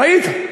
ראית.